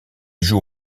joue